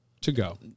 To-go